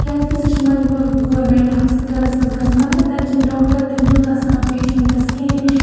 کیٛازِکہِ سُہ چھِ مَجبور گورمٮ۪نٛٹ ہاسپِٹَلَس منٛز گژھُن مگر تَتہِ چھِنہٕ ڈاکٹَر تہِ نہٕ تیوٗتاہ سَنان پیشَنٹَس کِہیٖنۍ